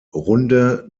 runde